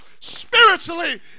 spiritually